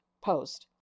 post